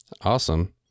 Awesome